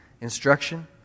instruction